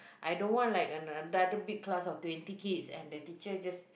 I don't want like another another big class of twenty kids and the teacher just